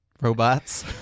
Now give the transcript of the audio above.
robots